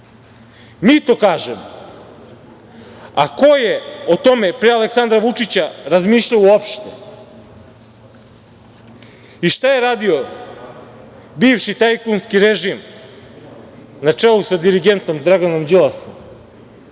to kažemo, a ko je o tome pre Aleksandra Vučića razmišljao uopšte? I šta je radio bivši tajkunski režim, na čelu sa dirigentom Draganom Đilasom?